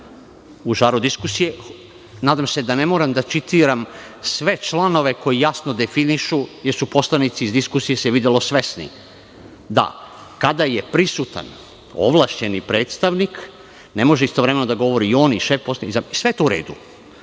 u žaru diskusije. Nadam se da ne moram da citiram sve članove koji jasno definišu, jer su poslanici, iz diskusije se videlo, svesni da, kada je prisutan ovlašćeni predstavnik, ne može istovremeno da govori i on i šef poslaničke grupe. Sve je to u redu.